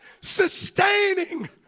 sustaining